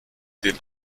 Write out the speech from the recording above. den